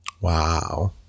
wow